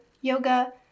yoga